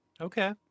Okay